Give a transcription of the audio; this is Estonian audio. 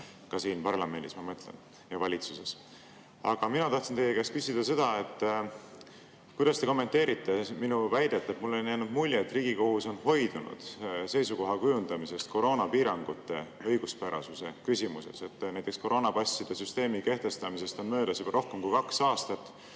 ka siin parlamendis ja valitsuses. Aga mina tahtsin teie käest küsida seda. Kuidas te kommenteerite minu väidet? Mulle on jäänud mulje, et Riigikohus on hoidunud seisukoha kujundamisest koroonapiirangute õiguspärasuse küsimuses. Näiteks, koroonapasside süsteemi kehtestamisest on möödas juba rohkem kui kaks aastat.